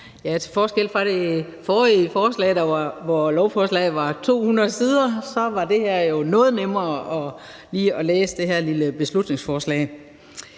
Til forskel fra det forrige lovforslag, som var på 200 sider, var det noget nemmere lige at læse det her lille beslutningsforslag.